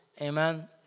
amen